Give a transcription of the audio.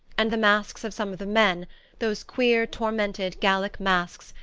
and the masks of some of the men those queer tormented gallic masks,